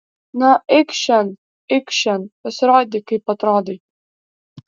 na eikš šen eikš šen pasirodyk kaip atrodai